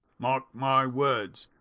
mark my words.